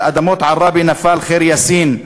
על אדמות עראבה נפל ח'יר יאסין,